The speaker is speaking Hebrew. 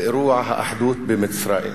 באירוע האחדות במצרים.